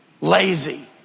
lazy